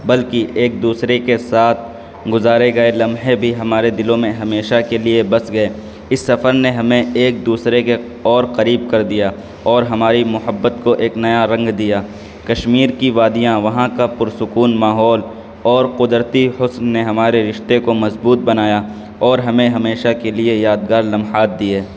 بلکہ ایک دوسرے کے ساتھ گزارے گئے لمحے بھی ہمارے دلوں میں ہمیشہ کے لیے بس گئے اس سفر نے ہمیں ایک دوسرے کے اور قریب کر دیا اور ہماری محبت کو ایک نیا رنگ دیا کشمیر کی وادیاں وہاں کا پرسکون ماحول اور قدرتی حسن نے ہمارے رشتے کو مضبوط بنایا اور ہمیں ہمیشہ کے لیے یادگار لمحات دیے